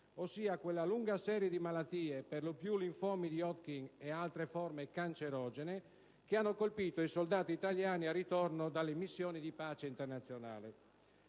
ossia quella lunga serie di malattie - per lo più linfomi di Hodgkin e altre forme cancerogene - che hanno colpito i soldati italiani al ritorno dalle missioni di pace internazionale.